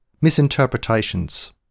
Misinterpretations